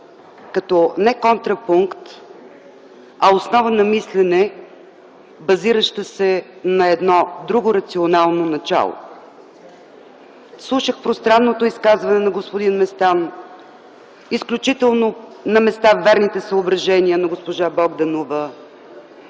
като контрапункт, а основа на мислене, базираща се на едно друго рационално начало. Слушах пространното изказване на господин Местан, на места изключително верните съображения на госпожа Богданова,